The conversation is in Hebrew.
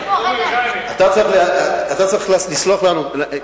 אתה צריך לסלוח לנו.